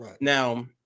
Now